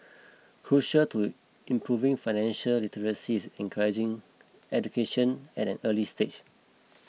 crucial to improving financial literacy is encouraging education at an early stage